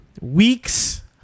weeks